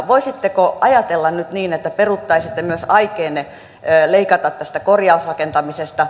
voisitteko ajatella nyt niin että peruuttaisitte myös aikeenne leikata tästä korjausrakentamisesta